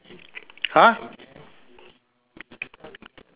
!huh!